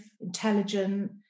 intelligent